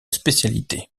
spécialité